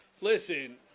Listen